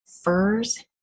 furs